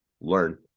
learn